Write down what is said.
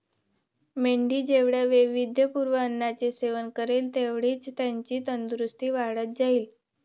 मेंढी जेवढ्या वैविध्यपूर्ण अन्नाचे सेवन करेल, तेवढीच त्याची तंदुरस्ती वाढत जाईल